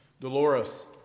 Dolores